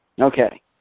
Okay